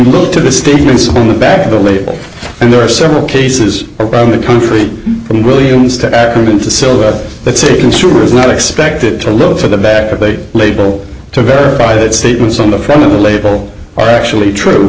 look to the statements on the back of the label and there are several cases around the country and williams to add to so that say consumer is not expected to look for the back of a label to verify bided statements on the front of the label are actually true